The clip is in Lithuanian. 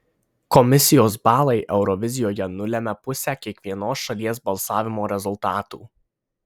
komisijos balai eurovizijoje nulemia pusę kiekvienos šalies balsavimo rezultatų